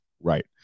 Right